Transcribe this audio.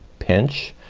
pinch,